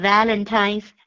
Valentine's